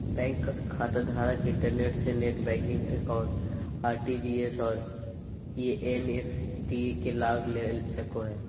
bank खाताधारक internet से net banking account, RTGS और एन.इ.एफ.टी के लाभ ले सको हइ